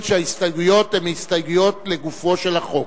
שההסתייגויות הן הסתייגויות לגופו של החוק.